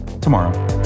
tomorrow